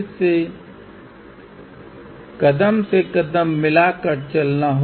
उस इंडक्टर का मान 08 nH होगा